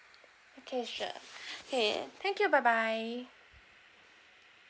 okay sure okay thank you bye bye